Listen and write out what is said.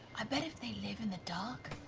i bet if they live in the dark,